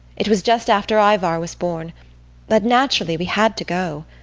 it was just after ivar was born but naturally we had to go.